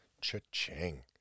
Cha-ching